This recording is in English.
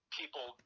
people